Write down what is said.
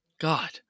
God